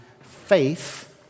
faith